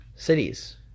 cities